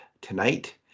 tonight